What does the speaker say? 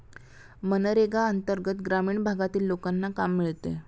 मनरेगा अंतर्गत ग्रामीण भागातील लोकांना काम मिळते